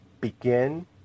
begin